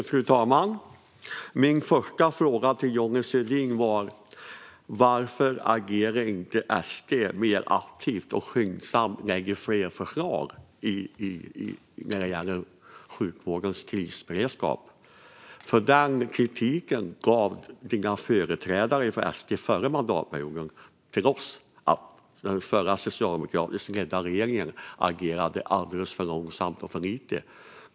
Fru talman! Min första fråga till Johnny Svedin var: Varför agerar inte SD mer aktivt och lägger skyndsamt fram fler förslag när det gäller sjukvårdens krisberedskap? Dina partikamrater och företrädare för SD kom med denna kritik mot oss, den förra socialdemokratiskt ledda regeringen, under förra mandatperioden. De tyckte att vi agerade alldeles för långsamt och för lite.